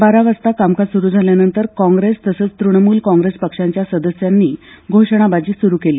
बारा वाजता कामकाज सुरू झाल्यानंतर काँप्रेस तसंच तुणमूल काँप्रेस पक्षांच्या सदस्यांनी घोषणाबाजी सुरू केली